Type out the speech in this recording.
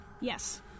Yes